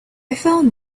found